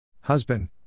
Husband